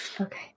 Okay